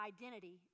identity